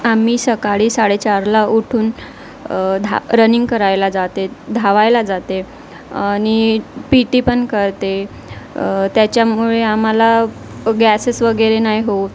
आम्ही सकाळी साडेचारला उठून धा रनिंग करायला जाते धावायला जाते आणि पी टीपण करते त्याच्यामुळे आम्हाला गॅसेस वगैरे नाही होत